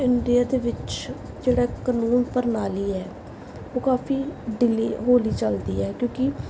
India ਦੇ ਵਿੱਚ ਜਿਹੜਾ ਕਾਨੂੰਨ ਪ੍ਰਣਾਲੀ ਹੈ ਉਹ ਕਾਫੀ ਡਿਲੀ ਹੌਲੀ ਚਲਦੀ ਹੈ ਕਿਉਂਕਿ